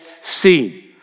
seen